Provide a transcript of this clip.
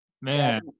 man